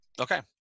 Okay